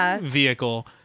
vehicle